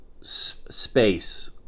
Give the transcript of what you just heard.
space